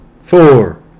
four